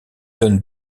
donne